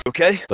Okay